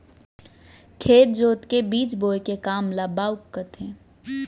खेत जोत के बीज बोए के काम ल बाउक कथें